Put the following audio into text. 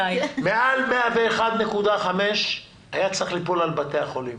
מעל 101.5% היה צריך ליפול על בתי החולים